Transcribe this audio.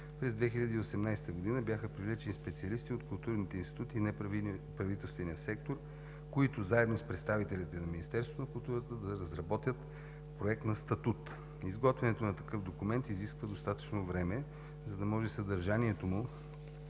през 2018 г. бяха привлечени специалисти от културните институти и неправителствения сектор, които, заедно с представителите на Министерството на културата, да разработят Проект на статут. Изготвянето на такъв документ изисква достатъчно време, за да може съдържанието му